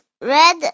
red